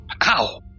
Ow